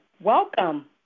Welcome